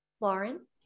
Lauren